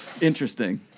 Interesting